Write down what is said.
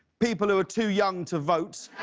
people who are too young to vote.